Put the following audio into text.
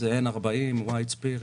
זה N40, N70, White spirit?